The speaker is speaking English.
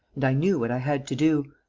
and i knew what i had to do.